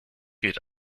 gilt